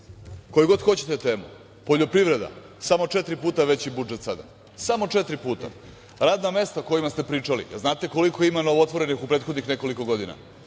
koju god hoćete temu. Poljoprivreda samo četiri puta veći budžet sada, samo četiri puta. Radna mesta o kojima ste pričali, znate koliko ima novootvorenih u prethodnih nekoliko godina?